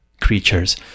creatures